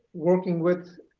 working with